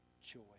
joy